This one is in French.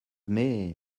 mais